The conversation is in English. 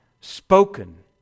spoken